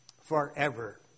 forever